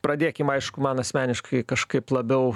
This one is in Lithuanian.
pradėkim aišku man asmeniškai kažkaip labiau